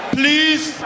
please